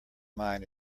mine